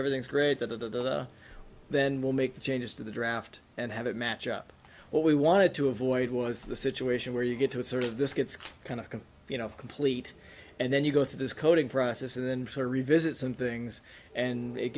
everything's great that of the then we'll make the changes to the draft and have it match up what we wanted to avoid was the situation where you get to it sort of this gets kind of can you know complete and then you go through this coding process and then to revisit some things and it